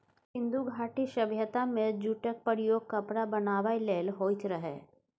सिंधु घाटी सभ्यता मे जुटक प्रयोग कपड़ा बनाबै लेल होइत रहय